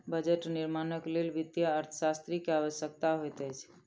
budget निर्माणक लेल वित्तीय अर्थशास्त्री के आवश्यकता होइत अछि